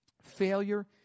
Failure